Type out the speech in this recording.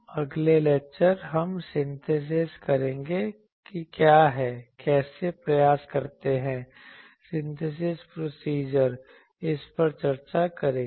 अगला लेक्चर हम सिनथीसिज करेंगे क्या है कैसे प्रयास करते हैं सिनथीसिज प्रोसीजर इस पर चर्चा करेंगे